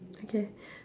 okay